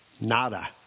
Nada